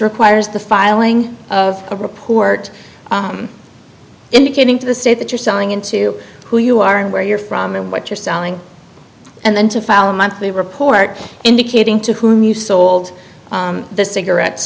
requires the filing of a report indicating to the state that you're selling into who you are and where you're from and what you're selling and then to file a monthly report indicating to whom you sold the cigarettes